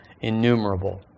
innumerable